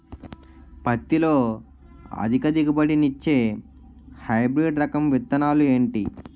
పత్తి లో అధిక దిగుబడి నిచ్చే హైబ్రిడ్ రకం విత్తనాలు ఏంటి